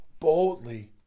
boldly